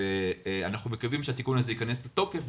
אנחנו מקווים שהתיקון הזה ייכנס לתוקף,